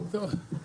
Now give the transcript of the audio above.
לכולם,